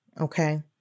Okay